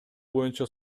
боюнча